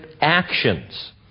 actions